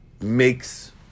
makes